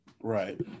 right